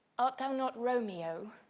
art thou not romeo